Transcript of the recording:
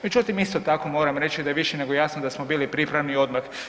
Međutim, isto tako moram reći da je više nego jasno da smo bili pripravni odmah.